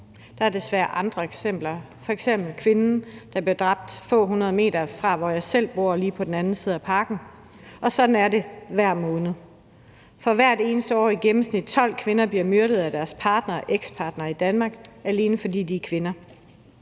der er desværre andre eksempler. Der er f.eks. kvinden, der blev dræbt få hundrede meter fra, hvor jeg selv bor, lige på den anden side af parken, og sådan er det hver måned. Hvert eneste år bliver i gennemsnit 12 kvinder myrdet af deres partner eller ekspartner i Danmark, alene fordi de er kvinder.